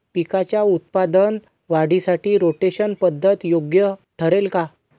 पिकाच्या उत्पादन वाढीसाठी रोटेशन पद्धत योग्य ठरेल का?